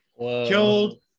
killed